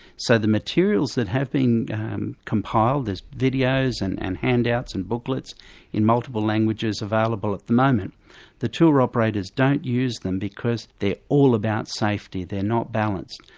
so the materials that have been compiled there's videos and and handouts and booklets in multiple languages available at the moment the tour operators don't use them because they're all about safety, they're not balanced.